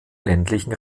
ländlichen